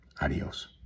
adios